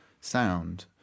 sound